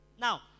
Now